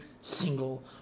single